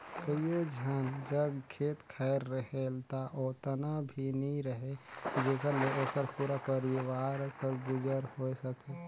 कइयो झन जग खेत खाएर रहेल ता ओतना भी नी रहें जेकर ले ओकर पूरा परिवार कर गुजर होए सके